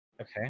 Okay